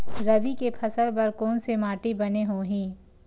रबी के फसल बर कोन से माटी बने होही?